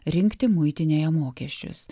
rinkti muitinėje mokesčius